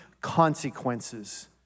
consequences